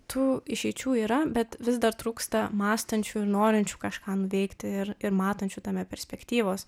tų išeičių yra bet vis dar trūksta mąstančių ir norinčių kažką nuveikti ir ir matančių tame perspektyvos